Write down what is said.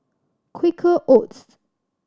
Quaker Oats